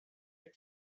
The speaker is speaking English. your